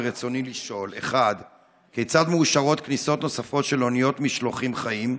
ורצוני לשאול: 1. כיצד מאושרות כניסות נוספות של אוניות משלוחים חיים?